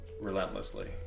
relentlessly